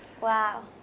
wow